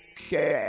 Okay